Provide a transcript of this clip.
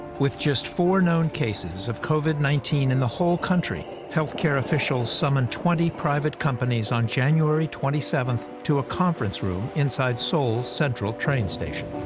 with just four known cases of covid nineteen in the whole country, health care officials summoned twenty private companies on january twenty seven to a conference room inside seoul's central train station.